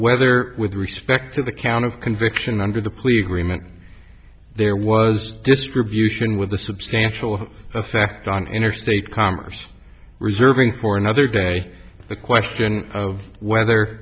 whether with respect to the count of conviction under the plea agreement there was distribution with a substantial effect on interstate commerce reserving for another day the question of whether